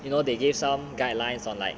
you know they gave some guidelines on like